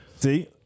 See